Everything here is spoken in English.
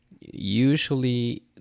usually